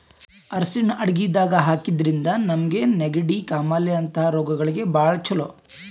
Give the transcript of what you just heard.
ಅರ್ಷಿಣ್ ಅಡಗಿದಾಗ್ ಹಾಕಿದ್ರಿಂದ ನಮ್ಗ್ ನೆಗಡಿ, ಕಾಮಾಲೆ ಅಂಥ ರೋಗಗಳಿಗ್ ಭಾಳ್ ಛಲೋ